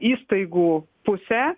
įstaigų pusę